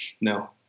no